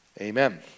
Amen